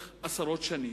במשך עשרות שנים,